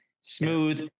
smooth